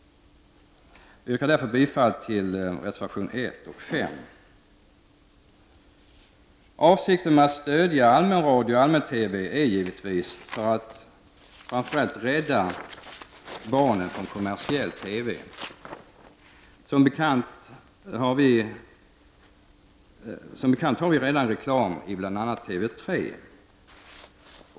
Jag yrkar därför bifall till reservationerna 1 och 5. Avsikten med att stödja allmän radio och allmän TV är givetvis att rädda framför allt barnen från kommersiell TV. Som bekant har vi redan reklam i bl.a. TV3.